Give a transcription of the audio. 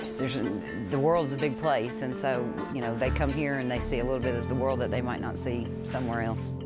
and and the world's a big place, and so you know they come here and they see a little bit of the world that they might not see somewhere else.